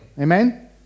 amen